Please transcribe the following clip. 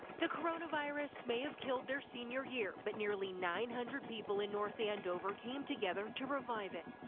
the coronavirus may have killed their senior year, but nearly nine hundred people in north andover came together to revive it.